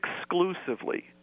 exclusively